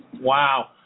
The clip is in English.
Wow